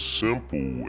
simple